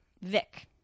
Vic